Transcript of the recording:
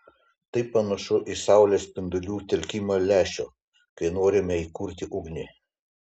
tai panašu į saulės spindulių telkimą lęšiu kai norime įkurti ugnį